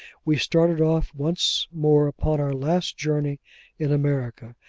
we started off once more upon our last journey in america.